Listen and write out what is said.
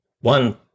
one